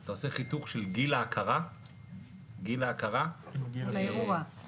אתה עושה חיתוך של גיל ההכרה --- ומגיע לביולוגי.